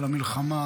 על המלחמה,